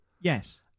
Yes